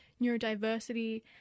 neurodiversity